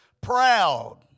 Proud